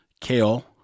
Kale